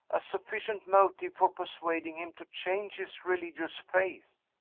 a sufficient motive for persuading him to change his religious faith.